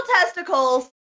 testicles